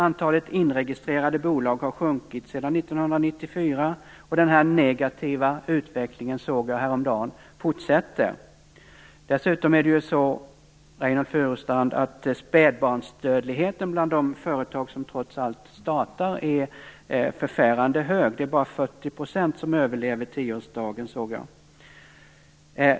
Antalet inregistrerade bolag har sjunkit sedan 1994, och den här negativa utvecklingen fortsätter, såg jag häromdagen. Dessutom är spädbarnsdödligheten bland de företag som trots allt startar förfärande hög. Det är bara 40 % som överlever tioårsdagen, såg jag.